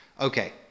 okay